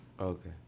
Okay